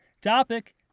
Topic